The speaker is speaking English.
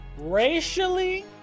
racially